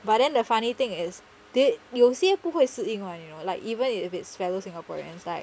but then the funny thing is 有些不会是因外 you know like even if it's fellow singaporeans like